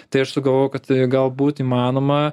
tai aš sugalvojau kad galbūt įmanoma